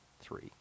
three